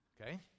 Okay